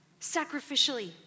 sacrificially